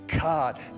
God